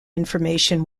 information